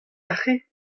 aze